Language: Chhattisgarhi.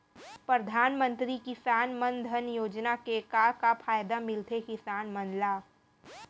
परधानमंतरी किसान मन धन योजना के का का फायदा मिलथे किसान मन ला?